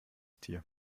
tier